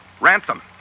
Ransom